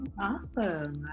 awesome